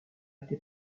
été